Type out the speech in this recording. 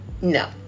No